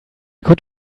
could